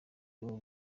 ubu